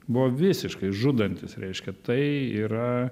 buvo visiškai žudantis reiškia tai yra